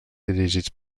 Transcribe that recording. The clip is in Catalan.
dirigit